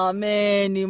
Amen